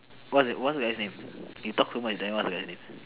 what that what that guy's name you talk so much you don't even know what's the guy's name